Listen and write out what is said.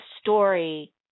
story